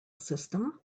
system